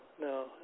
no